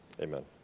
Amen